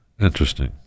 Interesting